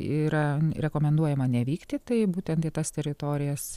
yra rekomenduojama nevykti tai būtent į tas teritorijas